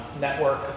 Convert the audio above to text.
network